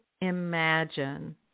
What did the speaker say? imagine